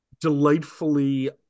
delightfully